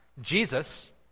Jesus